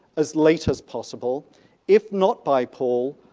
as late as possible if not by paul,